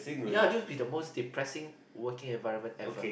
ya do be the most depressing working environment ever